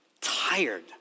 tired